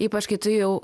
ypač kai tu jau